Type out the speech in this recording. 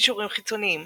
קישורים חיצוניים